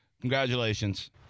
Congratulations